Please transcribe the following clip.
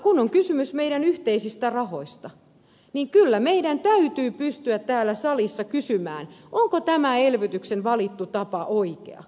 kun on kysymys meidän yhteisistä rahoistamme niin kyllä meidän täytyy pystyä täällä salissa kysymään onko tämä valittu elvytyksen tapa oikea